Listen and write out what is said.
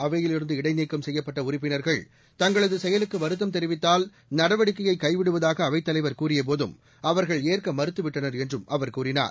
அவையிலிருந்து இடைநீக்கம் செய்யப்பட்ட உறுப்பினர்கள் தங்களது செயலுக்கு வருத்தம் தெரிவித்தால் நடவடிக்கையை கைவிடுவதாக அவைத் தலைவர் கூறியபோதும் அவர்கள் ஏற்க மறுத்துவிட்டனர் என்றும் அவர் கூறினார்